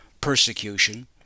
persecution